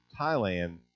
Thailand